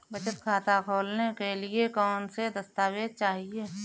बचत खाता खोलने के लिए कौनसे दस्तावेज़ चाहिए?